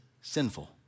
sinful